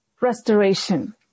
restoration